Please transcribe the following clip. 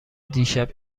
دیشب